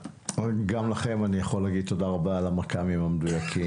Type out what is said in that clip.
גם לכם אני יכול להגיד תודה רבה על המכ"מים המדויקים.